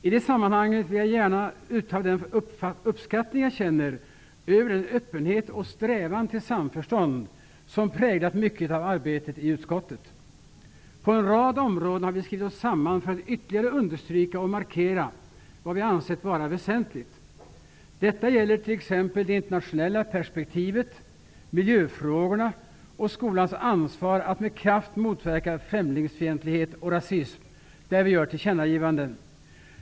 I det sammanhanget vill jag gärna uttala den uppskattning jag känner av den öppenhet och strävan till samförstånd som präglat mycket av arbetet i utskottet. På en rad områden har vi skrivit oss samman för att ytterligare understryka och markera vad vi ansett vara väsentligt. Detta gäller t.ex. det internationella perspektivet, miljöfrågorna och skolans ansvar att med kraft motverka främlingsfientlighet och rasism, där vi gör tillkännagivanden.